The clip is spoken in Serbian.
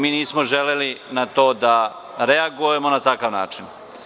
Mi nismo želeli na to da reagujemo na takav način.